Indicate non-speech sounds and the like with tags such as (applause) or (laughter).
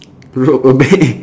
rob a bank (laughs)